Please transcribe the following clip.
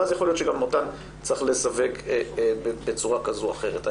ואז יכול להיות שגם אותן צריך לסווג בצורה כזו או אחרת.